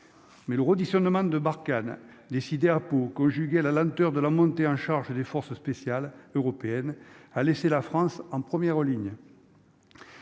mais le conditionnement de Barkhane décidèrent à Pau, conjugués à la lenteur de la montée en charge, les forces spéciales européennes a laissé la France en première ligne